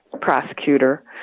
prosecutor